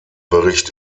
bericht